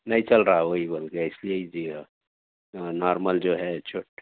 نہیں چل رہا وہی بول کے اِس لیے جی ہاں نارمل جو ہے چھوٹ